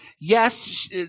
yes